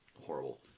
horrible